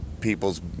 people's